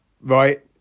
right